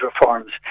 reforms